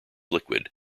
liquid